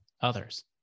others